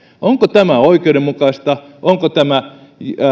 onko tämä oikeudenmukaista onko tämä